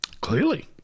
Clearly